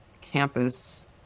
campus